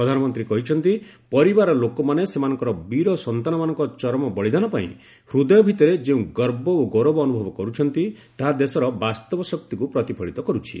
ପ୍ରଧାନମନ୍ତ୍ରୀ କହିଛନ୍ତି ପରିବାର ଲୋକମାନେ ସେମାନଙ୍କର ବୀର ସନ୍ତାନମାନଙ୍କ ଚରମ ବଳିଦାନ ପାଇଁ ହୃଦୟ ଭିତରେ ଯେଉଁ ଗର୍ବ ଓ ଗୌରବ ଅନୁଭବ କରୁଛନ୍ତି ତାହା ଦେଶର ବାସ୍ତବ ଶକ୍ତିକୁ ପ୍ରତିଫଳିତ କର୍ ଛି